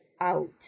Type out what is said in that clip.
out